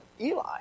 Eli